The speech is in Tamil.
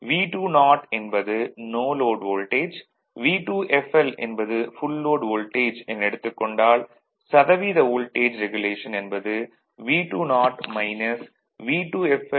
ஆக V20 என்பது நோ லோட் வோல்டேஜ் V2fl என்பது ஃபுல் லோட் வோல்டேஜ் என எடுத்துக் கொண்டால் சதவீத வோல்டேஜ் ரெகுலேஷன் என்பது V2fl